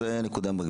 זאת נקודה.